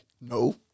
No